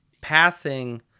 passing